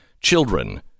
Children